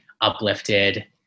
uplifted